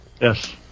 Yes